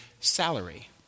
salary